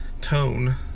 tone